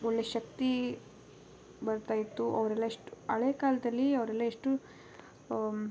ಒಳ್ಳೆಯ ಶಕ್ತಿ ಬರ್ತಾ ಇತ್ತು ಅವರೆಲ್ಲ ಎಷ್ಟು ಹಳೆ ಕಾಲದಲ್ಲಿ ಅವರೆಲ್ಲ ಎಷ್ಟು